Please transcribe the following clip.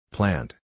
Plant